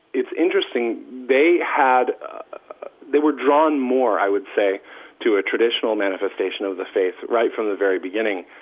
it's interesting they had they were drawn more i would say to a traditional manifestation of the faith, right from the very beginning,